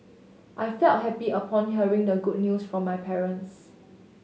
I felt happy upon hearing the good news from my parents